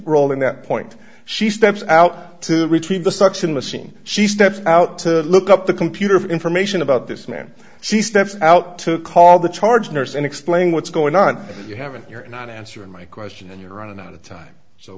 role in that point she steps out to retrieve the suction machine she steps out to look up the computer for information about this man he steps out to call the charge nurse and explain what's going on and you haven't you're not answering my question and you're running out of time so